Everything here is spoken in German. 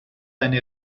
eine